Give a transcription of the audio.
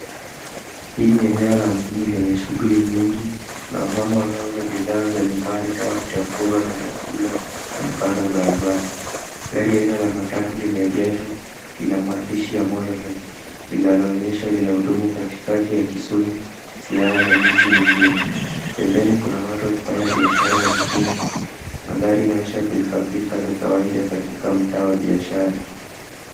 Hii ni eneo la mjini lenye shughuli nyingi, kuna wamama wanaouza bidhaa za nyumbani kama vitafuno na vyakula kando, kando ya barabara. Gari aina la matatu limeegeshwa lina maandishi ya Molo Line; linaloonyesha linahudumu katikati ya Kisumu, Siaya na miji mingine. Pembeni kuna watu wakifanya biashara ya mitumba. Mandhari inaonyesha pilikapilika za kawaida katika mtaa wa biashara.